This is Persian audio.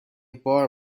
بار